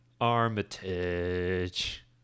Armitage